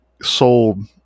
sold